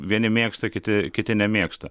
vieni mėgsta kiti kiti nemėgsta